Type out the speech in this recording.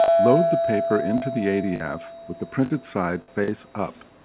load the paper into the adf with the printed side face up.